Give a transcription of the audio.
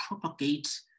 propagate